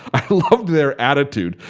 i love their attitude.